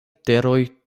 teroj